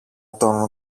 τον